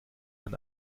man